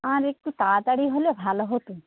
আর একটু তাড়াতাড়ি হলে ভালো হতো